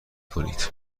کنید